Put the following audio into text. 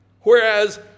whereas